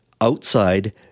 outside